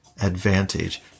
advantage